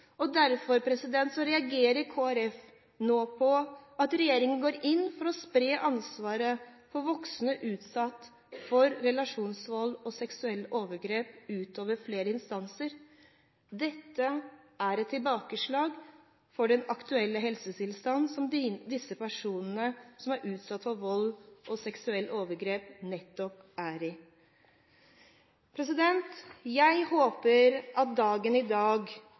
Derfor reagerer Kristelig Folkeparti på at regjeringen nå går inn for å spre ansvaret for voksne utsatt for relasjonsvold og seksuelle overgrep utover flere instanser. Dette er et tilbakeslag for den aktuelle helsetilstand disse personene som er utsatt for vold og seksuelle overgrep, nettopp er i. Jeg håper at dagen i dag